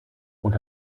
und